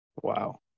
Wow